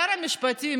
שר המשפטים,